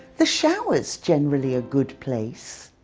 the shower's generally a good place.